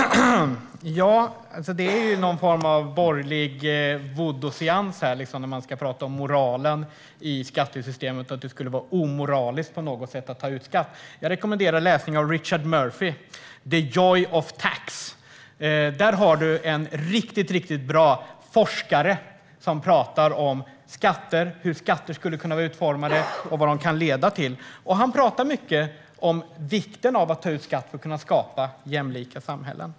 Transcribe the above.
Herr talman! Det är någon form av borgerlig voodooseans här när man pratar om att det skulle vara omoraliskt på något sätt att ta ut skatt. Jag rekommenderar läsning av Richard Murphy, The Joy of Tax . Det är en riktigt bra forskare som pratar om hur skatter skulle kunna vara utformade och vad de kan leda till. Och han pratar mycket om vikten av att ta ut skatt för att kunna skapa jämlika samhällen.